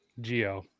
Geo